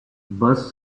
bus